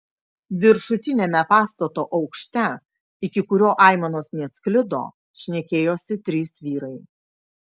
viršutiniame pastato aukšte iki kurio aimanos neatsklido šnekėjosi trys vyrai